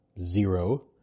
zero